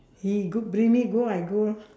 he go bring me go I go lor